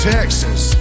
Texas